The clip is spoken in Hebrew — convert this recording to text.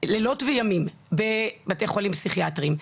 לילות וימים בבתי חולים פסיכיאטריים,